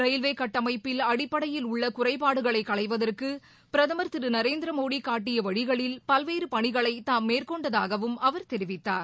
railway கட்டமைப்பில் அடிப்படையில் உள்ள குறைபாடுகளை களைவதற்கு பிரதமர் திரு நரேந்திரமோடி காட்டிய வழிகளில் பல்வேறு பணிகளை தாம் மேற்கொண்டதாகவும் அவர் தெரிவித்தார்